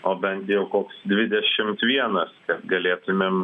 o bent jau koks dvidešimt vienas kad galėtumėm